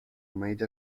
made